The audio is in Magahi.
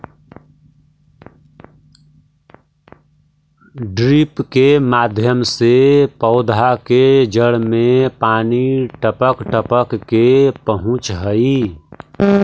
ड्रिप के माध्यम से पौधा के जड़ में पानी टपक टपक के पहुँचऽ हइ